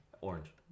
Orange